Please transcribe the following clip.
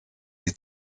die